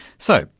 so,